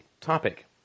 topic